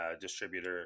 distributor